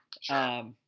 Sure